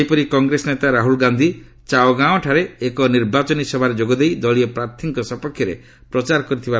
ସେହିପରି କଂଗ୍ରେସ ନେତା ରାହୁଳ ଗାନ୍ଧୀ ଚାୟଗାଓଁଠାରେ ଏକ ନିର୍ବାଚନୀ ସଭାରେ ଯୋଗଦେଇ ଦଳୀୟ ପ୍ରାର୍ଥୀଙ୍କ ସପକ୍ଷରେ ପ୍ରଚାର କରିଛନ୍ତି